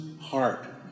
heart